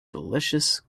delicious